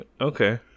okay